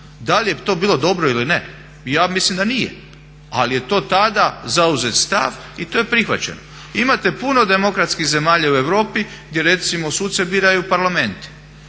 Da li je to bilo dobro ili ne? Ja mislim da nije. Ali je to tada zauzet stav i to je prihvaćeno. Imate puno demokratskih zemalja u Europi gdje recimo suce biraju parlamenti